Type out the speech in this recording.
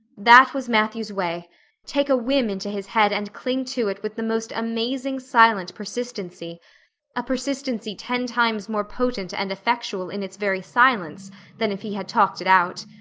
that was matthew's way take a whim into his head and cling to it with the most amazing silent persistency a persistency ten times more potent and effectual in its very silence than if he had talked it out.